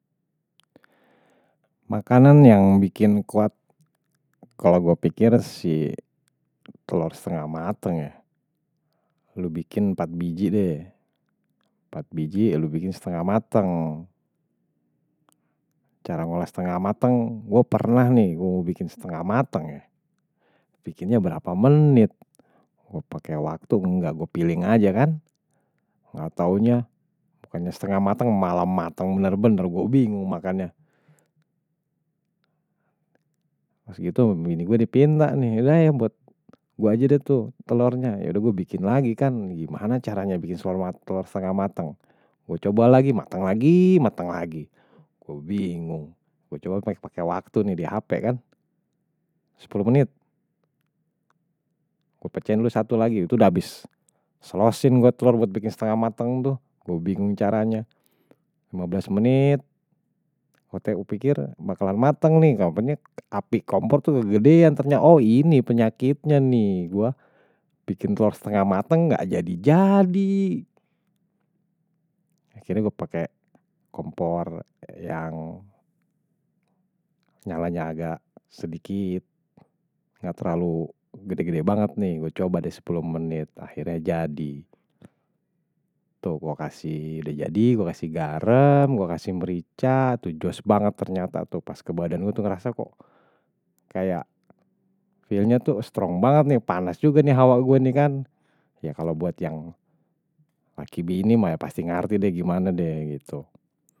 Makanan yang bikin kuat, kalau gue pikir si telor setengah matang ya, lo bikin empat biji deh, empat biji ya lo bikin setengah matang. Cara ngelola setengah matang, gue pernah nih gue bikin setengah matang ya, bikinnya berapa menit, gue pakai waktu, enggak gue piling aja kan, enggak taunya, pokoknya setengah matang malam matang bener-bener, gue bingung makannya. Maksud gitu ini gue dipinta nih, ya udah ya buat gue aja deh tuh telurnya, ya udah gue bikin lagi kan, gimana caranya bikin telur setengah matang, gue coba lagi, matang lagi, matang lagi, gue bingung, gue coba pakai waktu nih di hape kan, sepuluh menit, gue pecahin dulu satu lagi, itu udah habis. Selosin gue telur buat bikin setengah matang tuh, gue bingung caranya, lima belas menit, gue pikir bakalan matang nih, apanya api kompor tuh kegedean, ternyata oh ini penyakitnya nih, gue bikin telur setengah matang enggak jadi-jadi. Akhirnya gue pakai kompor yang nyalanya agak sedikit, enggak terlalu gede-gede banget nih, gue coba deh sepuluh menit, akhirnya jadi. Tuh, gue kasih udah jadi, gue kasih garam, gue kasih merica, tuh jos banget ternyata, tuh pas kebadan gue tuh ngerasa kok kayak feel nya tuh strong banget nih, panas juga nih hawa gue nih kan. Ya kalau buat yang laki-laki ini mah ya pasti ngerti deh gimana deh gitu.